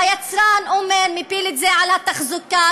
והיצרן מפיל את זה על התחזוקה.